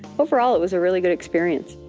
overall it was a really good experience.